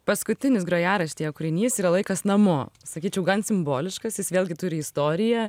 paskutinis grojaraštyje kūrinys yra laikas namo sakyčiau gan simboliškas jis vėlgi turi istoriją